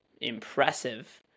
impressive